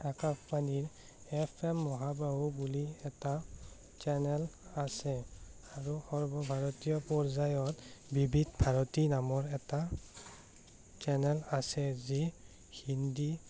আকাশবাণীৰ F M Mahabahu বুলি এটা চেনেল আছে আৰু সৰ্বভাৰতীয় পৰ্যায়ত বিবিধ ভাৰতী নামৰ এটা চেনেল আছে যি হিন্দী